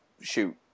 shoot